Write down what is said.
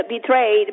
betrayed